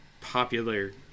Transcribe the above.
popular